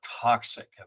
toxic